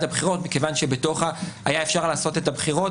הבחירות מכיוון שבתוך זה היה אפשר לעשות את הבחירות